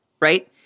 right